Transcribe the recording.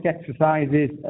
exercises